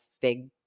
fig